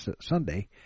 Sunday